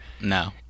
No